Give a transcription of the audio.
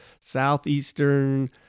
Southeastern